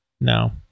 No